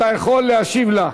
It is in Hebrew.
אתה יכול להשיב לה.